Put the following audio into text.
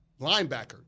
linebacker